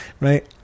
right